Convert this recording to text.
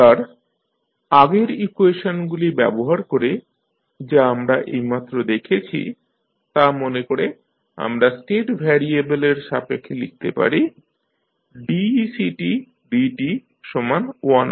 এবার আগের ইকুয়েশনগুলি ব্যবহার করে যা আমরা এইমাত্র দেখেছি তা' মনে করে আমরা স্টেট ভ্যারিয়েবেলের সাপেক্ষে লিখতে পারি decdtiC